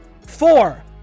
four